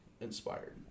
inspired